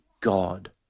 God